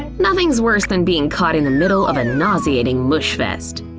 nothing's worse than being caught in the middle of a nauseating mush-fest.